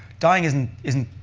dying isn't isn't